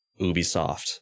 ubisoft